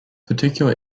particular